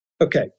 Okay